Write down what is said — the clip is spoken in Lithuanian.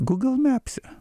gūgl mepse